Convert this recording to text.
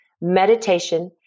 meditation